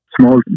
Small